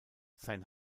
sein